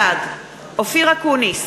בעד אופיר אקוניס,